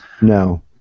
No